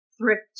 thrift